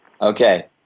Okay